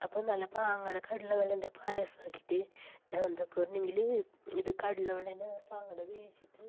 അപ്പോൾ നല്ല പാങ്ങോടെ കടല വെള്ളേന്റെ പായസം ആക്കിയിട്ട് ഞാന് എന്തൊക്കെയോ പറഞ്ഞെങ്കിൽ ഇത് കടല വെള്ളേന്റെ പങ്ങാടെ വീശിയിട്ടു